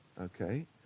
okay